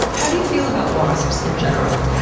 how do you feel about wasps in general?